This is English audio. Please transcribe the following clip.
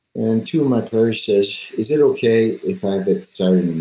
and two of my players says, is it okay if i but so